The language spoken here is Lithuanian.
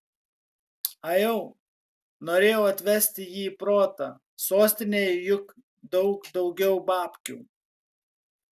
ajau norėjau atvesti jį į protą sostinėje juk daug daugiau babkių